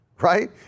right